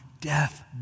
death